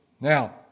Now